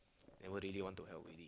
never ready want to help already